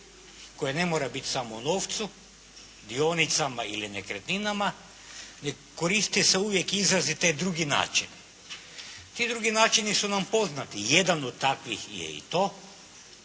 koji ne mora biti samo u novcu, dionicama ili nekretninama, koriste se uvijek izrazi "te drugi način". Ti drugi načini su nam poznati, jedan od takvih je i to,